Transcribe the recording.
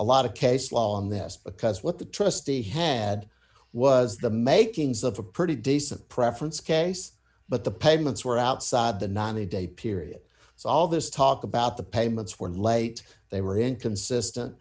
a lot of case law on this because what the trustee had was the makings of a pretty decent preference case but the payments were outside the ninety day period so all this talk about the payments were late they were inconsistent